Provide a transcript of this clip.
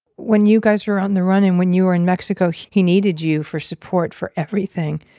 when you guys were on the run and when you were in mexico, he needed you for support for everything.